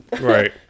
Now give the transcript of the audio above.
Right